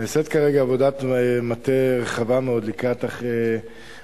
נעשית כרגע עבודת מטה רחבה מאוד לקראת החלטת